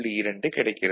2 கிடைக்கிறது